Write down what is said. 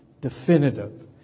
definitive